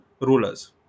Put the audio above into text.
rulers